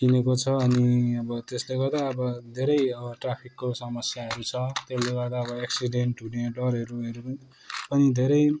किनेको छ अनि अब त्यसले गर्दा अब धेरै ट्राफिकको समस्याहरू छ त्यसले गर्दा अब एक्सिडेन्ट हुने डरहरू पनि धेरै